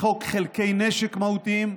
חוק חלקי נשק מהותיים,